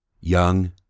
young